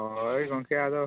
ᱦᱳᱭ ᱜᱚᱢᱠᱮ ᱟᱫᱚ